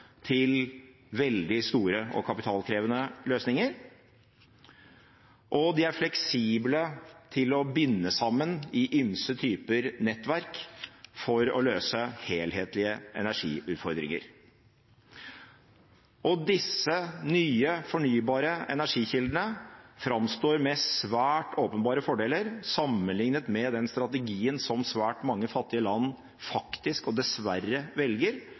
til veldig store og kapitalkrevende løsninger, og de er fleksible til å binde sammen i ymse typer nettverk for å løse helhetlige energiutfordringer. Disse nye, fornybare energikildene framstår med svært åpenbare fordeler, sammenliknet med den strategien som svært mange fattige land faktisk og dessverre velger,